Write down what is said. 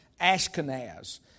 Ashkenaz